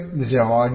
ನಿಜವಾಗಿಯೂ